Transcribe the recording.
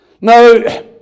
Now